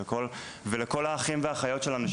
נרצה לעזור גם לכל האחים והאחיות שלנו,